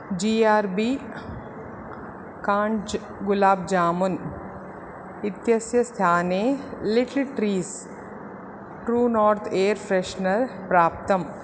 जी R B काञ्च् गुलाब् जामून् इत्यस्य स्थाने little trees true north air freshener प्राप्तम्